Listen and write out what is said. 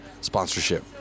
sponsorship